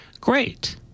great